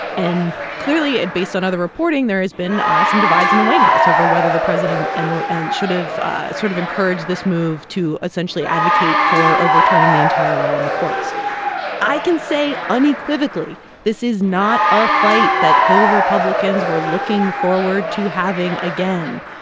and clearly, ah based on other reporting, there has been ah some divides in the white house over whether the president and the and should have sort of encouraged this move to essentially advocate for overturning the entire law in the courts i can say unequivocally this is not a fight that hill republicans were looking forward to having again.